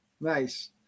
nice